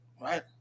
right